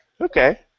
Okay